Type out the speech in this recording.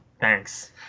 thanks